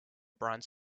bronze